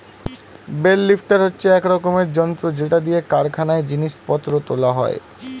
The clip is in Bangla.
বেল লিফ্টার হচ্ছে এক রকমের যন্ত্র যেটা দিয়ে কারখানায় জিনিস পত্র তোলা হয়